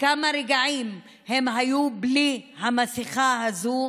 לכמה רגעים הם היו בלי המסכה הזאת.